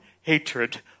hatred